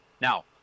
Now